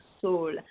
soul